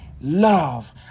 love